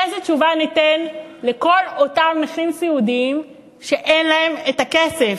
איזו תשובה ניתן לכל אותם נכים סיעודיים שאין להם הכסף?